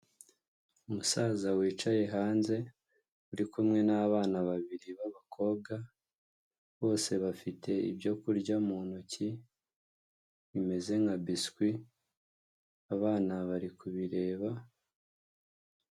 Umusaza wicaye hanze uri kumwe n'abana babiri b'abakobwa bose bafite ibyo kurya mu ntoki bimeze nka biswi, abana bari kubireba.